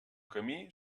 camí